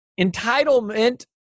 Entitlement